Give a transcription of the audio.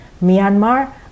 Myanmar